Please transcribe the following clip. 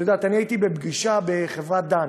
את יודעת, אני הייתי בפגישה בחברת דן.